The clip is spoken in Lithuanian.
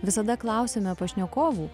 visada klausiame pašnekovų